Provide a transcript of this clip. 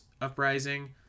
Uprising